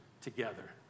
together